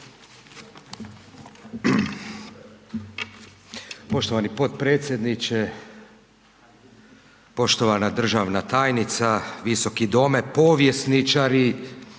Poštovani potpredsjedniče, poštovana državna tajnica, visoki dome, povjesničari,